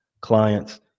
clients